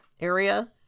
area